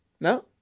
no